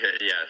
Yes